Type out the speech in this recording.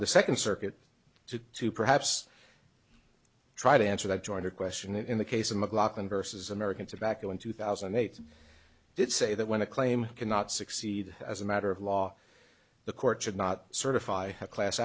the second circuit to to perhaps try to answer the jointer question in the case of mclaughlin versus american tobacco in two thousand and eight did say that when a claim cannot succeed as a matter of law the court should not certify a class